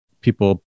people